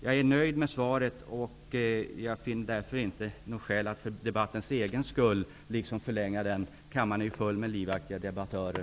Jag är nöjd med svaret, och jag finner därför inte något skäl att förlänga debatten för dess egen skull. Kammaren är ju full av livaktiga debattörer!